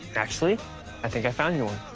actually, i think i found you one.